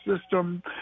system